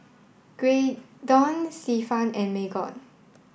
Graydon Stefan and Margot